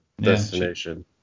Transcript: destination